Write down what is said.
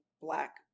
Black